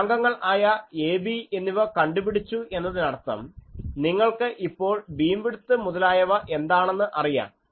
സ്ഥിരാംഗങ്ങൾ ആയ a b എന്നിവ കണ്ടുപിടിച്ചു എന്നതിനർത്ഥം നിങ്ങൾക്ക് ഇപ്പോൾ ബീംവിഡ്ത്ത് മുതലായവ എന്താണെന്ന് അറിയാം